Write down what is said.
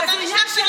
מה זאת אומרת?